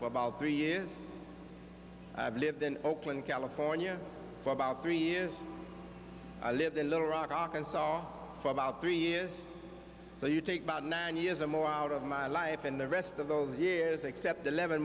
for about three years i've lived in oakland california for about three years i lived in little rock arkansas for about three years so you take about nine years or more out of my life and the rest of those years except eleven